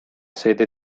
sede